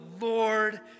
Lord